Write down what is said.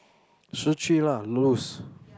shi qu lah lose